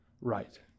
right